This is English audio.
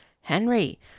Henry